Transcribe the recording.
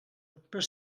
però